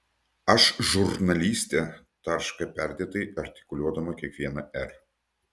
aš žurnalistė tarška perdėtai artikuliuodama kiekvieną r